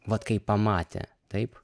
vat kai pamatė taip